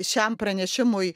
šiam pranešimui